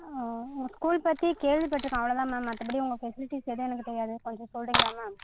ஆ உங்கள் ஸ்கூல் பற்றி கேள்விப்பட்டிருக்கேன் அவ்வளோ தான் மேம் மற்றபடி உங்கள் ஃபெசிலிட்டிஸ் எதுவும் எனக்கு தெரியாது கொஞ்சம் சொல்கிறீங்களா மேம்